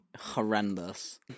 horrendous